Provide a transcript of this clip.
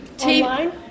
Online